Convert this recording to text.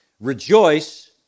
Rejoice